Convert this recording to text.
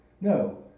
No